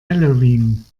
halloween